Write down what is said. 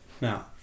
Now